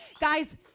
guys